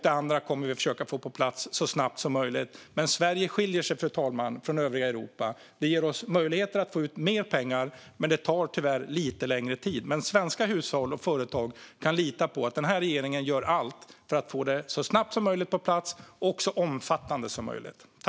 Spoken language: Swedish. Det andra kommer vi att försöka få på plats så snabbt som möjligt. Sverige skiljer sig, fru talman, från övriga Europa. Det ger oss möjligheter att få ut mer pengar, men det tar tyvärr lite längre tid. Svenska hushåll och företag kan dock lita på att denna regering gör allt för att få det på plats så snabbt som möjligt och för att det ska vara så omfattande som möjligt.